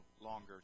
longer